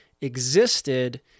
existed